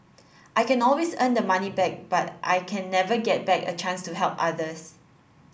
I can always earn the money back but I can never get back a chance to help others